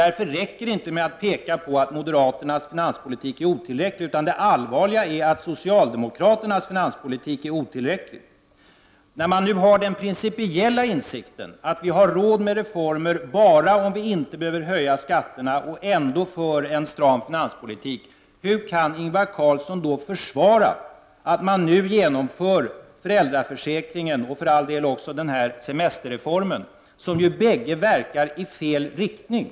Därför räcker det inte med peka på att moderaternas finanspolitik är otillräcklig. Det allvarliga är att socialdemokraternas finanspolitik är otillräcklig. När man nu har den principiella insikten att vi har råd med reformer bara om vi inte behöver höja skatterna och ändå kan föra en stram finanspolitik, hur kan Ingvar Carlsson då försvara att man nu genomför en utökning av föräldraförsäkringen och för all del även semesterreformen, vilka ju båda verkar i fel riktning.